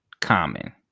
common